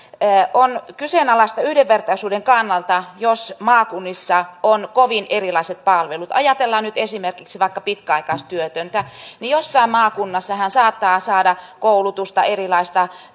on kyseenalaista yhdenvertaisuuden kannalta jos maakunnissa on kovin erilaiset palvelut jos ajatellaan nyt esimerkiksi pitkäaikaistyötöntä niin jossain maakunnassa hän saattaa saada koulutusta erilaista